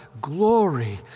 glory